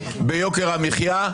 ביוקר המחיה,